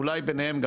אולי ביניהם,